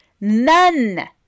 none